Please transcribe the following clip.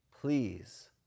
Please